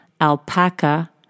alpaca